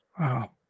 Wow